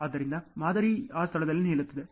ಆದ್ದರಿಂದ ಮಾದರಿ ಆ ಸ್ಥಳದಲ್ಲಿ ನಿಲ್ಲುತ್ತದೆ